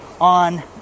on